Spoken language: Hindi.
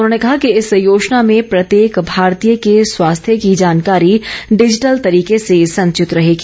उन्होंने कहा कि इस योजना में प्रत्येक भारतीय के स्वास्थ्य की जानकारी डिजिटल तरीके से संवित रहेगी